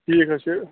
ٹھیٖک حظ چھُ